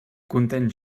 content